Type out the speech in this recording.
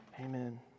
Amen